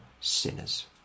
sinners